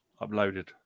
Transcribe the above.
uploaded